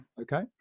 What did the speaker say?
okay